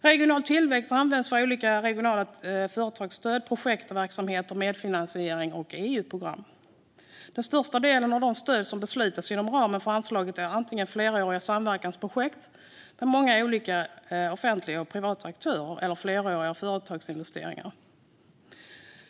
Regional tillväxt används för olika regionala företagsstöd, projektverksamheter och medfinansiering av EU-program. Den största delen av de stöd som beslutats inom ramen för anslaget är antingen fleråriga samverkansprojekt med många olika offentliga privata aktörer eller fleråriga företagsinvesteringar.